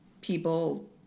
People